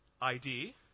ID